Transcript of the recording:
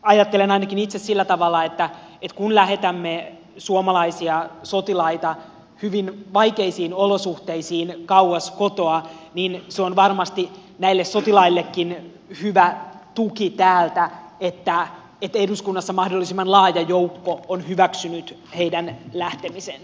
ajattelen ainakin itse sillä tavalla että kun lähetämme suomalaisia sotilaita hyvin vaikeisiin olosuhteisiin kauas kotoa niin se on varmasti näille sotilaillekin hyvä tuki täältä että eduskunnassa mahdollisimman laaja joukko on hyväksynyt heidän lähtemisensä